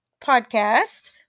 podcast